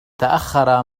تأخر